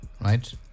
right